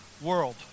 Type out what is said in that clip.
world